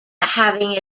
having